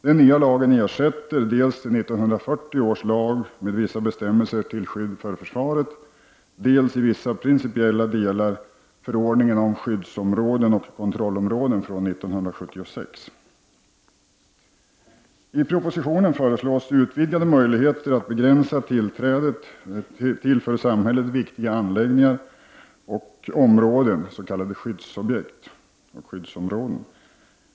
Den nya lagen ersätter dels 1940 års lag med vissa bestämmelser till skydd för försvaret, dels i vissa principiella delar förordningen om skyddsområden och kontrollområden från 1976. I propositionen föreslås utvidgade möjligheter att begränsa tillträdet till för samhället viktiga anläggningar och områden, s.k. skyddsobjekt och skyddsområden.